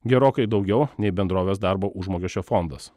gerokai daugiau nei bendrovės darbo užmokesčio fondas